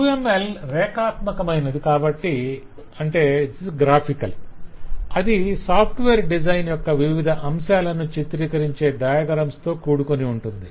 UML రేఖాత్మకమైనది కాబట్టి అది సాఫ్ట్వేర్ డిజైన్ యొక్క వివిధ అంశాలను చిత్రీకరించే డయాగ్రమ్స్ తో కూడుకొని ఉంటుంది